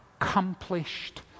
accomplished